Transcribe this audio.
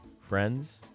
friends